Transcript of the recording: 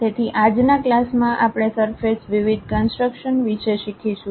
તેથી આજના ક્લાસમાં આપણે સરફેસ વિવિધ કન્સટ્રક્શન વિશે શીખીશું